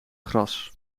gras